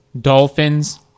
Dolphins